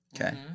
Okay